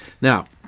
now